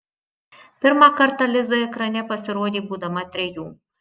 pirmą kartą liza ekrane pasirodė būdama trejų